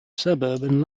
suburban